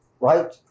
Right